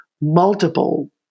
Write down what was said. multiple